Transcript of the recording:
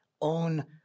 own